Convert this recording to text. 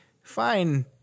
fine